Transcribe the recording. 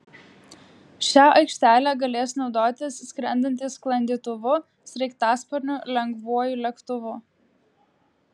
šia aikštele galės naudotis skrendantys sklandytuvu sraigtasparniu lengvuoju lėktuvu